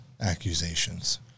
accusations